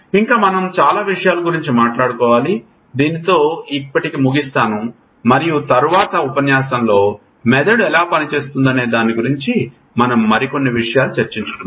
ఇంకా మనం చాల విషయాలను గురించి మాట్లాడుకోవాలి దీనితో ముగిస్తాను మరియు తరువాత ఉపన్యాసం లో మెదడు ఎలా పనిచేస్తుందనే దాని గురించి మనం మరికొన్ని విషయాలు చెర్చించుకుందాం